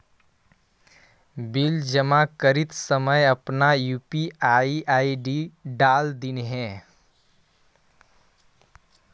bill जमा करित समय अपन यू.पी.आई आई.डी डाल दिन्हें